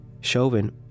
Chauvin